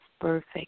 perfect